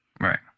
Right